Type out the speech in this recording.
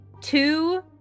two